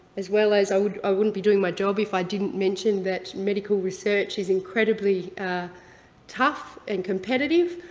as well as, i ah wouldn't be doing my job if i didn't mention that medical research is incredibly tough and competitive,